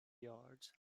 yards